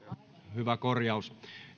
hyvä korjaus